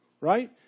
right